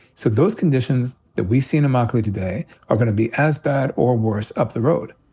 so those conditions that we see in immokalee today are gonna be as bad or worse up the road.